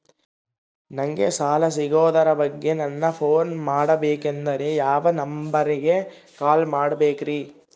ನಂಗೆ ಸಾಲ ಸಿಗೋದರ ಬಗ್ಗೆ ನನ್ನ ಪೋನ್ ಮಾಡಬೇಕಂದರೆ ಯಾವ ನಂಬರಿಗೆ ಕಾಲ್ ಮಾಡಬೇಕ್ರಿ?